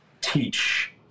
teach